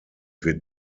wird